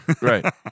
Right